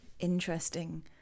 interesting